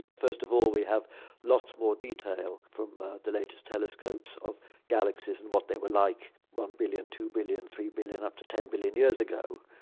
first of all we have lots more detail from the latest telescopes of galaxies and what they were like one billion, two billion, three billion, up to ten billion years ago.